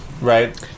Right